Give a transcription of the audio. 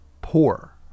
poor